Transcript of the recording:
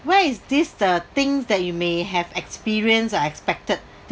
where is this the things that you may have experience unexpected